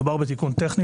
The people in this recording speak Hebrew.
מדובר בתיקון טכני,